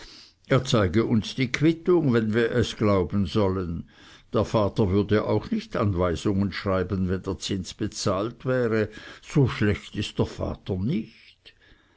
er zeige uns die quittung wenn wir es glauben sollen der vater würde auch nicht anweisungen schreiben wenn der zins bezahlt wäre so schlecht ist der vater nicht